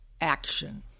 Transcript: action